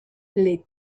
les